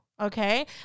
Okay